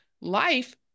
life